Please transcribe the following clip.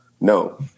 No